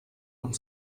und